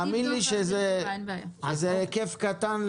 זה היקף קטן.